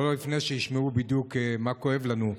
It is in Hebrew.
אבל לא לפני שישמעו בדיוק מה כואב לנו.